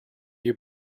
you